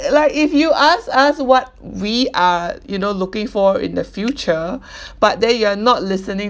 like if you ask us what we are you know looking for in the future but then you are not listening